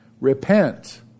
repent